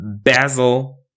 basil